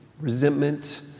resentment